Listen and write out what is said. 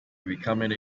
becoming